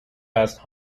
وزن